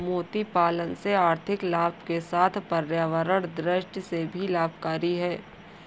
मोती पालन से आर्थिक लाभ के साथ पर्यावरण दृष्टि से भी लाभकरी है